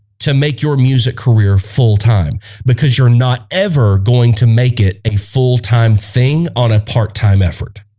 to make your music career full-time because you're not ever going to make it a full-time thing on a part-time effort